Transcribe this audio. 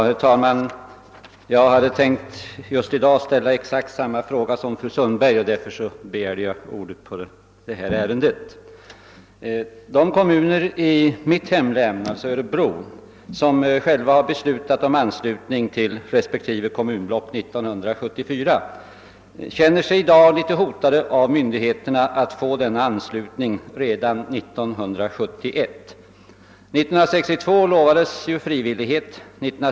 Herr talman! Anledningen till att jag begärt ordet är att jag i dag hade ämnat framställa exakt samma fråga som den fru Sundberg tagit upp. De kommuner i mitt hemlän, Örebro län, som själva beslutat om anslutning till respektive kommunblock 1974 känner i dag ett hot från myndigheterna innebärande att anslutningen skulle ske redan 1971. År 1962 utlovades ju en frivillighet i detta avseende för kommunerna.